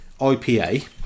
IPA